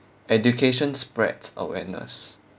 education spreads awareness